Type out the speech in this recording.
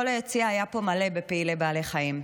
כל היציע היה פה מלא בפעילי בעלי חיים.